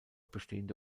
bestehende